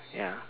ya